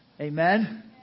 Amen